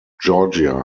georgia